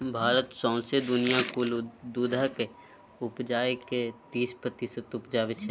भारत सौंसे दुनियाँक कुल दुधक उपजाक तेइस प्रतिशत उपजाबै छै